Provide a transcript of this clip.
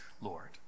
Lord